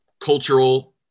cultural